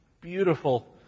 beautiful